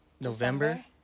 November